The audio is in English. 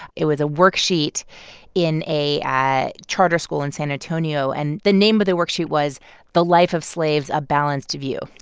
it was a worksheet in a charter school in san antonio. and the name of the worksheet was the life of slaves a balanced view.